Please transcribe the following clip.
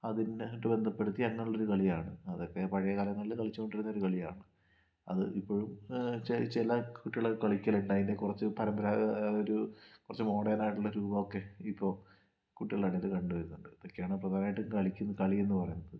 അതിനായിട്ട് ബന്ധപ്പെടുത്തി അങ്ങനെ ഉള്ളൊരു കളിയാണ് അതൊക്കെ പഴേ കാലങ്ങളില് കളിച്ചോണ്ടിരുന്ന ഒരു കളിയാണ് അത് ഇപ്പോഴും ചെല കുട്ടികളൊക്കെ കളിക്കലുണ്ട് അതിനെ പരമ്പരാഗത ഒരു കൊറച്ച് മോഡേൺ ആയിട്ടുള്ള രൂപം ഒക്കെ ഇപ്പൊ കുട്ടികളുടെ ഇടക്ക് കണ്ടുവരുന്നുണ്ട് ഇതൊക്കെയാണ് പ്രധാനമായിട്ടും കളിക്കും കളി എന്ന് പറയുന്നത്